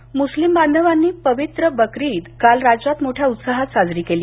ईद मुस्लिम बांधवांनी पवित्र बकरी ईद काल राज्यात मोठ्या उत्साहात साजरी केली